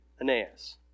Aeneas